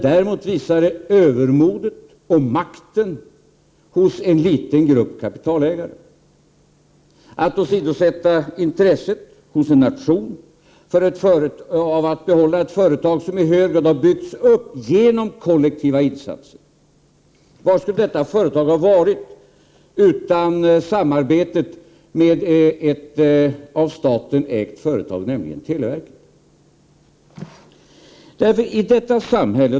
Däremot visar det övermodet och makten hos en liten grupp kapitalägare att åsidosätta intresset hos en nation av att behålla ett företag som i hög grad har byggts upp genom kollektiva insatser. Vad skulle detta företag ha varit utan samarbetet med ett av staten ägt företag, nämligen televerket?